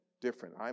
different